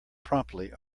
promptly